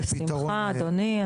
בשמחה אדוני.